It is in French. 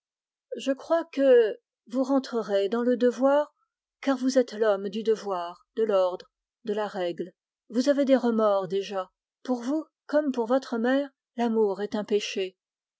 je crois que vous rentrerez dans le devoir car vous êtes l'homme de l'ordre et de la règle vous avez des remords déjà pour vous comme pour votre mère l'amour est un péché